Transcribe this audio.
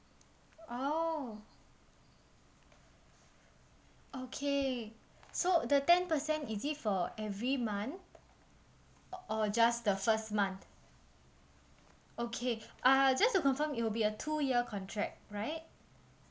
oh okay so the ten percent is it for every month or just the first month okay uh just to confirm it'll be a two year contract right